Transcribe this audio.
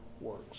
works